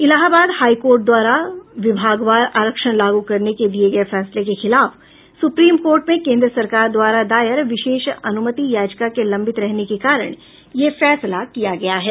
Allahabad high court द्वारा विभागवार आरक्षण लागू करने के दिये गये फैसले के खिलाफ सुप्रीम कोर्ट में केंद्र सरकार द्वारा दायर विशेष अनुमति याचिका के लंबित रहने के कारण यह फैसला किया गया है